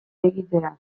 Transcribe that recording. egitera